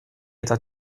eta